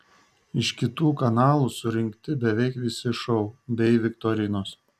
iš kitų kanalų surinkti beveik visi šou bei viktorinos